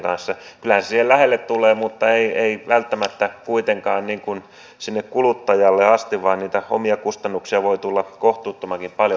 kyllähän se siihen lähelle tulee mutta ei välttämättä kuitenkaan sinne kuluttajalle asti vaan niitä omia kustannuksia voi tulla kohtuuttomankin paljon